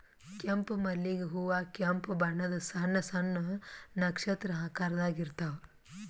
ಕೆಂಪ್ ಮಲ್ಲಿಗ್ ಹೂವಾ ಕೆಂಪ್ ಬಣ್ಣದ್ ಸಣ್ಣ್ ಸಣ್ಣು ನಕ್ಷತ್ರ ಆಕಾರದಾಗ್ ಇರ್ತವ್